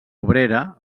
obrera